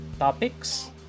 topics